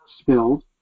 spilled